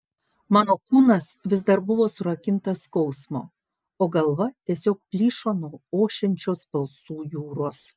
mano kūnas vis dar buvo surakintas skausmo o galva tiesiog plyšo nuo ošiančios balsų jūros